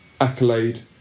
accolade